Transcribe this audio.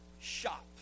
shop